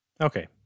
Okay